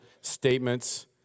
statements